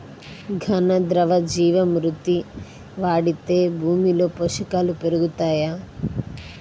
ఘన, ద్రవ జీవా మృతి వాడితే భూమిలో పోషకాలు పెరుగుతాయా?